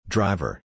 Driver